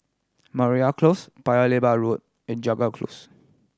Mariam Close Paya Lebar Road and Jago Close